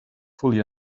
fully